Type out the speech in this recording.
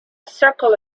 circle